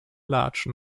large